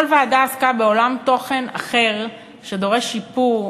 כל ועדה עסקה בעולם תוכן אחר שדורש שיפור,